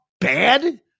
bad